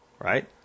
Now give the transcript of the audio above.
right